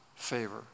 favor